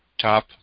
top